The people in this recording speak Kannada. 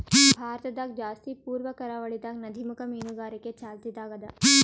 ಭಾರತದಾಗ್ ಜಾಸ್ತಿ ಪೂರ್ವ ಕರಾವಳಿದಾಗ್ ನದಿಮುಖ ಮೀನುಗಾರಿಕೆ ಚಾಲ್ತಿದಾಗ್ ಅದಾ